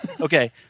Okay